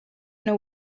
know